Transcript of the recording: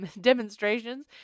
demonstrations